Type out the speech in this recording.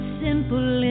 simple